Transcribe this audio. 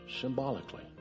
symbolically